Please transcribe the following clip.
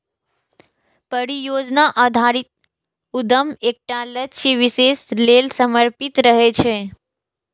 परियोजना आधारित उद्यम एकटा लक्ष्य विशेष लेल समर्पित रहै छै